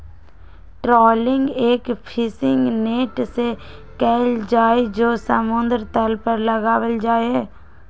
trawling एक fishing net से कइल जाहई जो समुद्र तल पर लगावल जाहई